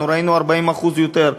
אנחנו ראינו 40% יותר.